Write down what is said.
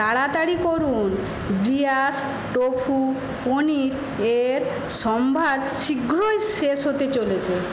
তাড়াতাড়ি করুন ব্রিয়াস টোফু পনিরের সম্ভার শীঘ্রই শেষ হতে চলেছে